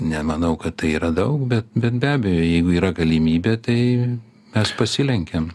nemanau kad tai yra daug bet bet be abejo jeigu yra galimybė tai mes pasilenkiam